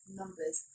numbers